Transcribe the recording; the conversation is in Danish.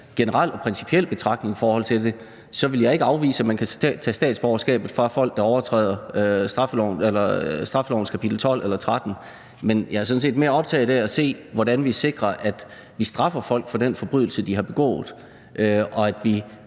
generel, principiel betragtning i forhold til det, vil jeg ikke afvise, at man kan tage statsborgerskabet fra folk, der overtræder straffelovens kapitel 12 eller 13. Men jeg er sådan set mere optaget af at se på, hvordan vi sikrer, at vi straffer folk for den forbrydelse, de har begået, og at vi